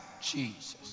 Jesus